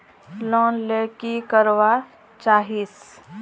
Loan ले की करवा चाहीस?